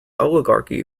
oligarchy